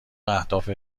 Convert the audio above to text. اهداف